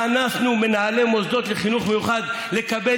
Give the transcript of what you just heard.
אנסנו מנהלי המוסדות לחינוך מיוחד לקבל